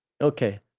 Okay